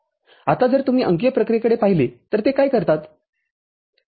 आताजर तुम्ही अंकीय प्रक्रियेकडे पाहिले तर ते काय करतात